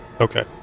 okay